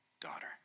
Daughter